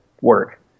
work